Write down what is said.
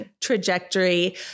trajectory